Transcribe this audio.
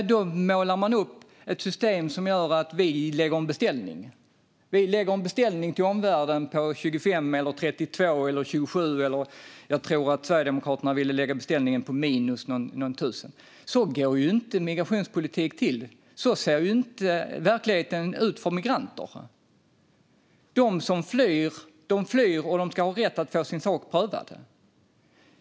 Man målar upp ett system som om vi lägger en beställning till omvärlden på 25 000 eller 32 000 eller 27 000 personer. Sverigedemokraterna ville lägga beställningen på minus några tusen, tror jag. Så går inte migrationspolitik till. Så ser inte verkligheten ut för migranter. De som flyr ska ha rätt att få sin sak prövad.